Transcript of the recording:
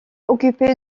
occupé